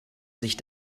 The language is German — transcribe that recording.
sich